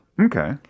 Okay